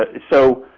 ah so,